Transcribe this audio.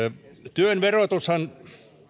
työn verotukseenhan